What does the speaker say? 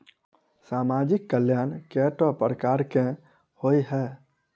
सामाजिक कल्याण केट प्रकार केँ होइ है?